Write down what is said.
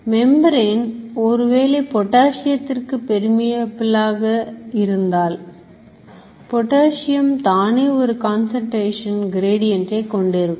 மெம்பரேன்ஒருவேளை பொட்டாசியத்திற்கு permeable ஆக இருந்தால் பொட்டாசியம் தானே ஒரு கன்சன்ட்ரேஷன் Gradient கொண்டிருக்கும்